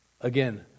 Again